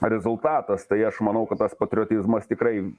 rezultatas tai aš manau kad tas patriotizmas tikrai